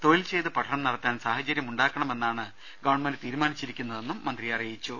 തൊഴിൽ ചെയ്ത് പഠനം നടത്താൻ സാഹചര്യമുണ്ടാക്കണമെന്നാണ് ഗവൺമെന്റ് തീരുമാനിച്ചിരിക്കുന്നതെന്നും മന്ത്രി പറഞ്ഞു